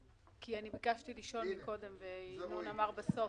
ביקשתי לשאול קודם שאלה, אבל ינון אמר בסוף.